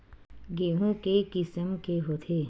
गेहूं के किसम के होथे?